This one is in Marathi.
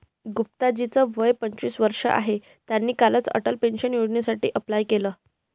गुप्ता जी च वय पंचवीस वर्ष आहे, त्यांनी कालच अटल पेन्शन योजनेसाठी अप्लाय केलं